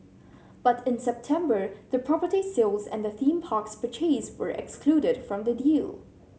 but in September the property sales and the theme parks purchase were excluded from the deal